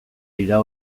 dira